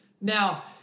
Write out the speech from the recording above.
Now